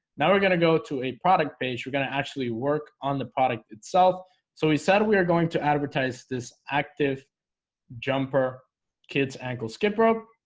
now. we're going to go to a product page. we're gonna actually work on the product itself so we said we are going to advertise this active jumper kids ankle. skip rope.